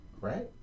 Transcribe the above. right